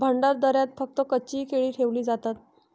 भंडारदऱ्यात फक्त कच्ची केळी ठेवली जातात